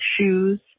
shoes